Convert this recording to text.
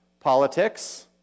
politics